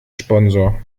sponsor